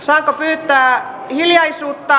saanko pyytää hiljaisuutta